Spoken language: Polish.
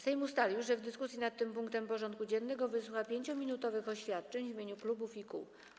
Sejm ustalił, że w dyskusji nad tym punktem porządku dziennego wysłucha 5-minutowych oświadczeń w imieniu klubów i kół.